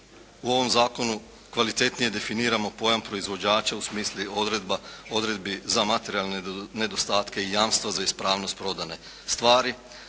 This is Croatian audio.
u ovom zakonu kvalitetnije definiramo pojam proizvođača u smislu odredbi za materijalne nedostatke i jamstva za ispravnost prodane stvari.